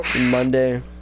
Monday